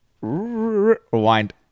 rewind